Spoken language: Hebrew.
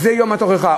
זה יום התוכחה.